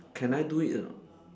can I do it or not